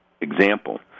example